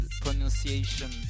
pronunciation